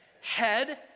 Head